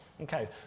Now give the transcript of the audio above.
Okay